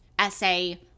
essay